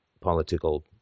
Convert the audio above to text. political